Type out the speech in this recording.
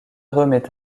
remet